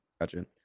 Gotcha